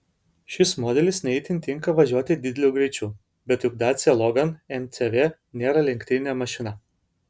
šis modelis ne itin tinka važiuoti dideliu greičiu bet juk dacia logan mcv nėra lenktyninė mašina